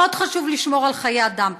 מאוד חשוב לשמור על חיי אדם,